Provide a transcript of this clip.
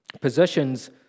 positions